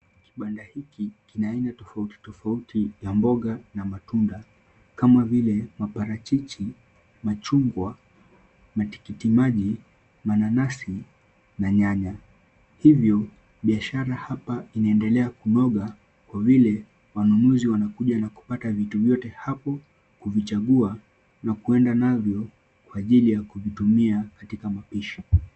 Kibanda hiki kina aina tofauti tofauti ya mboga na matunda. Kama vile maparachichi, machungwa, matikitimaji, mananasi, na nyanya. Hivyo, biashara hapa inaendelea kunoga kwa vile wanunuzi wanakuja na kupata vitu vyote hapo, kuvichagua, na kuenda navyo kwa ajili ya kuvitumia katika mapishi.